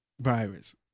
virus